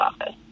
office